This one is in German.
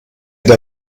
der